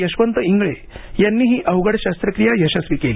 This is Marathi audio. यशवंत इंगळे यांनी ही अवघड शस्त्रक्रिया यशस्वी केली